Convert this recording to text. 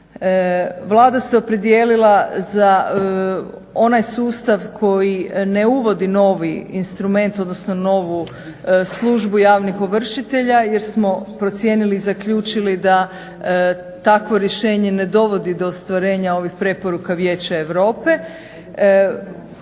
Vlada se opredijelila za onaj sustav koji ne uvodi novi instrument, odnosno novu službu javnih ovršitelja jer smo procijenili i zaključili da takvo rješenje ne dovodi do ostvarenja ovih preporuka Vijeća Europe.